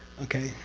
okay?